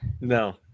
No